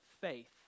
faith